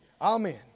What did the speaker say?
Amen